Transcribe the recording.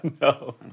No